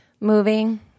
Moving